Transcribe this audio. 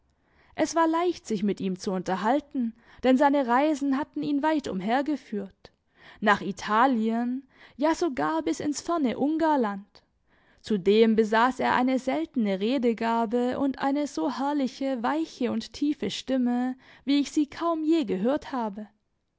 es war leicht sich mit ihm zu unterhalten denn seine reisen hatten ihn weit umher geführt nach italien ja sogar bis ins ferne ungarland zudem besaß er eine seltene redegabe und eine so herrliche weiche und tiefe stimme wie ich sie kaum je gehört habe